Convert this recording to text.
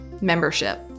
membership